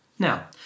Now